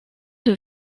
des